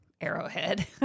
arrowhead